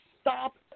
stop